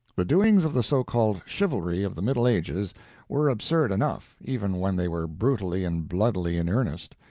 the doings of the so-called chivalry of the middle ages were absurd enough, even when they were brutally and bloodily in earnest,